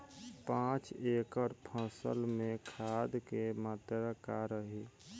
पाँच एकड़ फसल में खाद के मात्रा का रही?